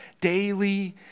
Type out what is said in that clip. daily